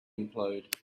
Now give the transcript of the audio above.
implode